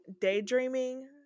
daydreaming